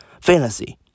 fantasy